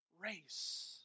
race